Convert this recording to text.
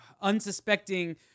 unsuspecting